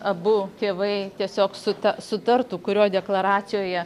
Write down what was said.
abu tėvai tiesiog suta sutartų kurio deklaracijoje